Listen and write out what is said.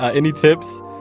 ah any tips?